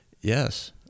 Yes